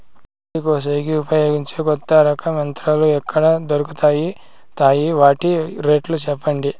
వరి కోసేకి ఉపయోగించే కొత్త రకం యంత్రాలు ఎక్కడ దొరుకుతాయి తాయి? వాటి రేట్లు చెప్పండి?